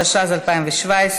התשע"ז 2017,